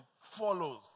follows